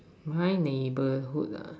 my neighborhood lah